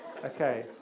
Okay